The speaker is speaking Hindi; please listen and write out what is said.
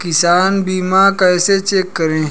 किसान बीमा कैसे चेक करें?